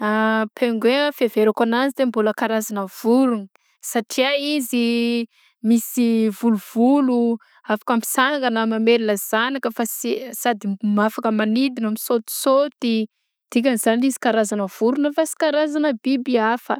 A pingouin a fiheverako anazy a de mbola karazana vorona satria izy misy volovolo afaka misangana mamelona zanaka fa s- sady afaka manidina misôtisôty dikan'izany izy karazana vorona fa sy karazana biby afa.